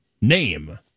Name